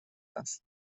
است